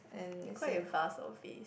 you call it vase or vase